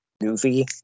goofy